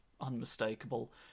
unmistakable